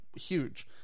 huge